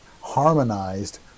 harmonized